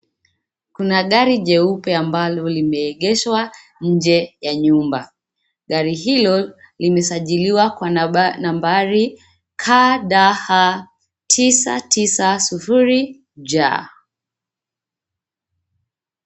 Kuna gari jeupe amabalo limeegeshwa nje ya nyumba. Gari hilo limesajiliwa kwa nambari KDA 990 J.